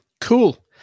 Cool